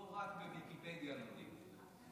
לא רק בוויקיפדיה לומדים אותו.